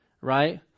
right